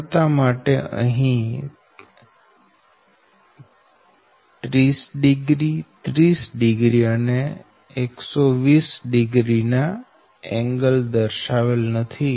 સરળતા માટે અહી 300 300 અને 1200 ના કોણ દર્શાવેલ નથી